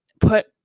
put